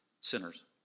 sinners